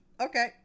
okay